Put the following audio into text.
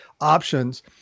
options